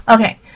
Okay